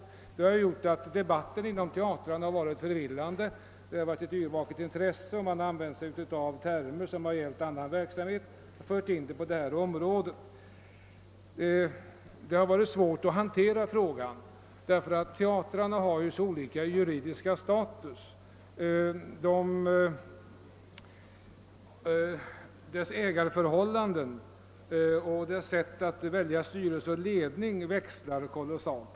Detta har gjort att debatten inom teatrarna varit förvillande. Det har varit ett yrvaket intresse, och man har använt sig av termer som gäller annan verksamhet men som nu införts på detta område. Det har också varit svårt att hantera frågan eftersom teatrarna har så olika juridisk status. Deras ägarförhållanden och sättet att välja styrelse och ledning växlar mycket starkt.